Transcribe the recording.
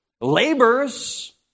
labors